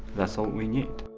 that's all we need.